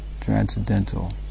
transcendental